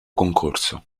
concorso